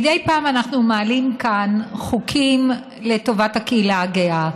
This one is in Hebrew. מדי פעם אנחנו מעלים כאן חוקים לטובת הקהילה הגאה,